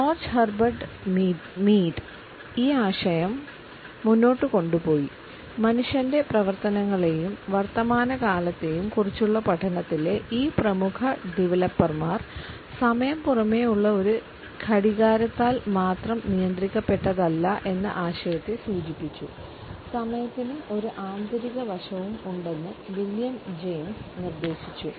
George Herbert മീഡും എന്ന് വിളിച്ചു